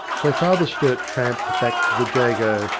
so father sturt tramped back to the jago,